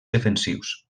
defensius